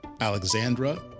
Alexandra